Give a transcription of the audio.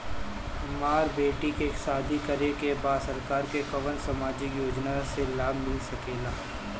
हमर बेटी के शादी करे के बा सरकार के कवन सामाजिक योजना से लाभ मिल सके ला?